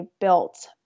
built